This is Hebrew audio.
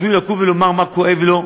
שיקום ויאמר מה כואב לו,